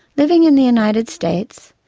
living in the united states,